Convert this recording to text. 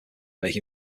make